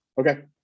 okay